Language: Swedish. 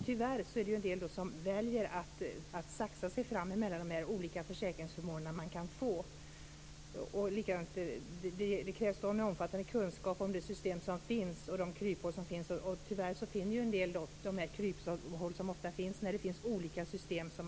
Tyvärr är det ju då en del som väljer att saxa sig fram mellan de olika försäkringsförmåner som man kan få. Det krävs omfattande kunskap om de system som finns och de kryphål som finns, och tyvärr finner ju en del de kryphål som ofta finns när man kan få ersättning ifrån olika system.